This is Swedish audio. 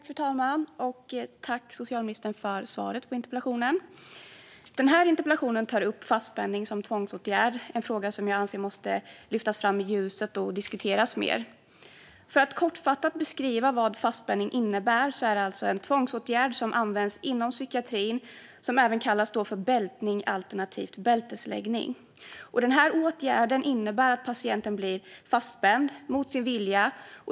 Fru talman! Tack, socialministern, för svaret på min interpellation! Den tar upp fastspänning som tvångsåtgärd, en fråga som jag anser måste lyftas fram i ljuset och diskuteras mer. För att kortfattat beskriva vad fastspänning är: Det är alltså en tvångsåtgärd som används inom psykiatrin och som även kallas bältning eller bältesläggning. Åtgärden innebär att patienten blir fastspänd mot sin vilja.